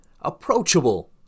approachable